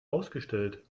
ausgestellt